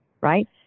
right